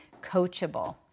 coachable